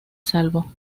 salvo